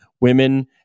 women